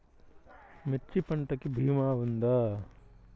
మిర్చి పంటకి భీమా ఉందా?